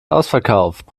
ausverkauft